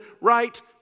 right